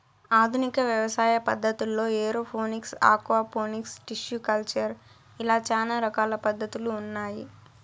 ఆధునిక వ్యవసాయ పద్ధతుల్లో ఏరోఫోనిక్స్, ఆక్వాపోనిక్స్, టిష్యు కల్చర్ ఇలా చానా రకాల పద్ధతులు ఉన్నాయి